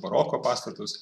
baroko pastatus